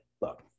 look